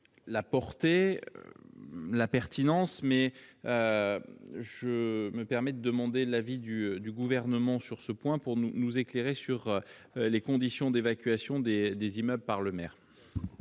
la portée la pertinence, mais je me permets de demander l'avis du du gouvernement sur ce point pour nous éclairer sur les conditions d'évacuation des imams par le maire.